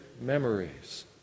memories